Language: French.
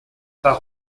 pas